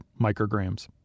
micrograms